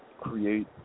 create